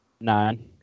nine